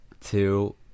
two